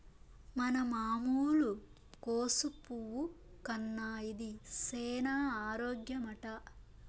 మన మామూలు కోసు పువ్వు కన్నా ఇది సేన ఆరోగ్యమట